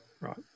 right